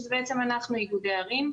שזה בעצם אנחנו איגודי הערים.